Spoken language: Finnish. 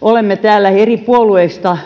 olemme täällä myös eri puolueista